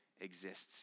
exists